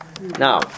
Now